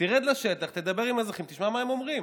תרד לשטח, תדבר עם האזרחים, תשמע מה הם אומרים.